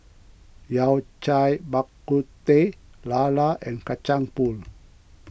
Yao Cai Bak Kut Teh Lala and Kacang Pool